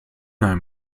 einem